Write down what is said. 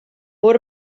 more